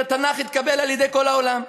והתנ"ך התקבל על-ידי כל העולם.